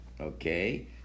Okay